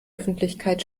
öffentlichkeit